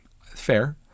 Fair